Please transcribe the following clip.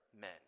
men